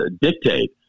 dictate